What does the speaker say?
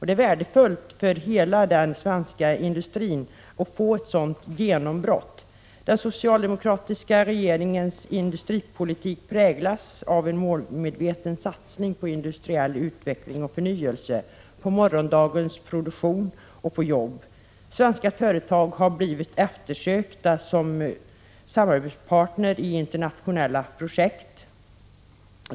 Det är värdefullt för hela den svenska industrin att få ett sådant genombrott. Den socialdemokratiska regeringens industripolitik präglas av en målmedveten satsning på industriell utveckling och förnyelse, på morgondagens produktion och på jobb. Svenska företag har blivit eftersökta samarbetspartner i internationella projekt.